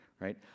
right